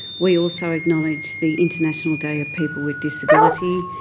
we also acknowledge the international day of people with disability.